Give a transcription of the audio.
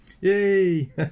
Yay